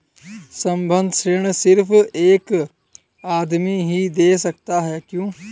संबंद्ध ऋण सिर्फ एक आदमी ही दे सकता है क्या?